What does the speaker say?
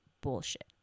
bullshit